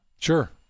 Sure